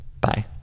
bye